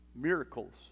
miracles